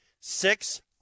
Six